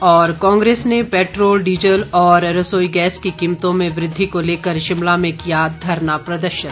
और कांग्रेस ने petrol diesel और रसोई गैस की कीमतों में वृद्धि को लेकर शिमला में किया धरना प्रदर्शन